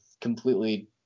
completely